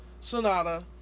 Sonata